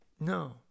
No